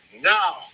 Now